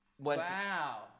Wow